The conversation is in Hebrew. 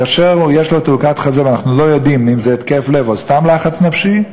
כאשר יש לו תעוקת חזה ואנחנו לא יודעים אם זה התקף לב או סתם לחץ נפשי,